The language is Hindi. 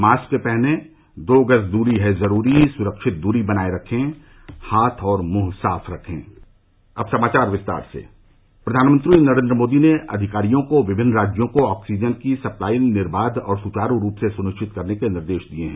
मास्क पहनें दो गज दूरी है जरूरी सुरक्षित दूरी बनाये रखें हाथ और मुंह साफ रखे प्रधानमंत्री नरेंद्र मोदी ने अधिकारियों को विभिन्न राज्यों को ऑक्सीजन की सप्लाई निर्बाध और सुचारू रूप से सुनिश्चित करने का निर्देश दिया है